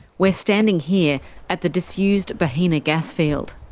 we're standing here at the disused bohena gasfield.